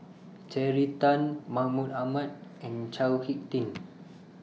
Terry Tan Mahmud Ahmad and Chao Hick Tin